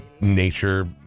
nature